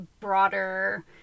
broader